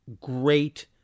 great